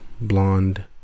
blonde